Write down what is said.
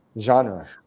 genre